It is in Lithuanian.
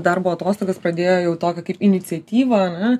darbo atostogas pradėjo jau tokią kaip iniciatyvą ane